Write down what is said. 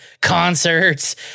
concerts